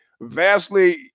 vastly